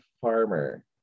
Farmer